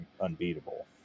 unbeatable